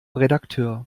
redakteur